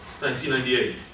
1998